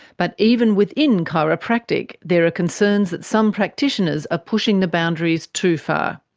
but even within chiropractic, there are concerns that some practitioners are pushing the boundaries too far.